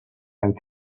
and